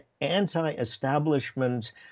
anti-establishment